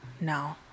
No